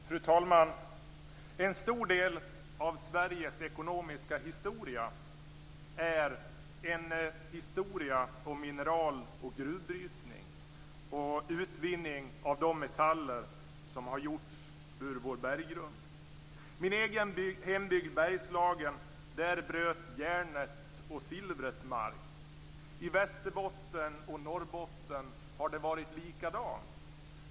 Fru talman! En stor del av Sveriges ekonomiska historia är en historia om mineral och gruvbrytning och utvinning av de metaller som har gjorts ur vår berggrund. I min egen hembygd Bergslagen bröt järnet och silvret mark. I Västerbotten och Norrbotten har det varit likadant.